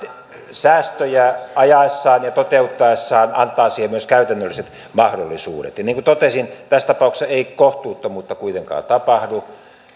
säästöjä ajaessaan ja toteuttaessaan antaa siihen myös käytännölliset mahdollisuudet ja niin kuin totesin tässä tapauksessa ei kohtuuttomuutta kuitenkaan tapahdu